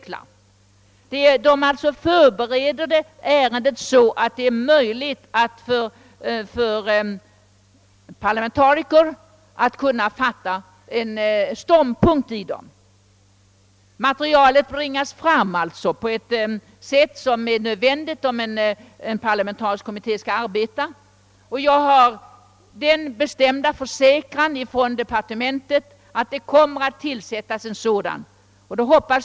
Dessa experter skall alltså förbereda ärendet så att det blir möjligt för parlamentariker att kunna ta ståndpunkt i det. Materialet bringas fram på ett sätt som är nödvändigt för att en parlamentarisk kommitté skall kunna arbeta. Jag har fått den bestämda uppfattningen från departementet att det kommer att tillsättas en parlamentarisk utredning.